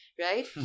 right